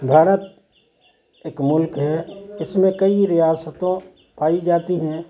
بھارت ایک ملک ہے اس میں کئی ریاستوں پائی جاتی ہیں